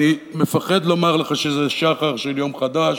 אני מפחד לומר לך שזה שחר של יום חדש,